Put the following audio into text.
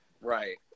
Right